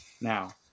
Now